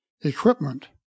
equipment